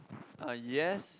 uh yes